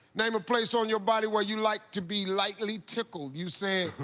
name a place on your body where you like to be lightly tickled. you said.